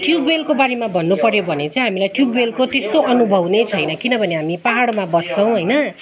tube वेलको बारेमा भन्नु पऱ्यो भने चाहिँ हामीलाई ट्युब वेलको त्यस्तो अनुभव नै छैन किनभने हामी पाहाडमा बस्छौँ होइन